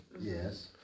Yes